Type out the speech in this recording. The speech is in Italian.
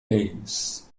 hayes